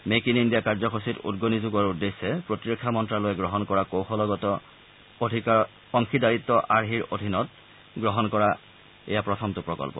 make in India কাৰ্যসূচীত উদগণি যোগোৱাৰ উদ্দেশ্যে প্ৰতিৰক্ষা মন্তালয়ে গ্ৰহণ কৰা কৌশলগত অংশীদাৰত্ব আৰ্হিৰ অধীনত গ্ৰহণ কৰা এয়া প্ৰথমটো প্ৰকন্ম